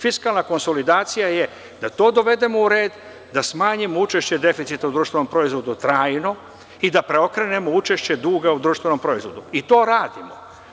Fiskalna konsolidacija je da to dovedemo u red, da smanjimo učešće deficita u društvenom proizvodu trajno i da preokrenemo učešće duga u društvenom proizvodu i to radimo.